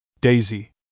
Daisy